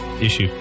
issue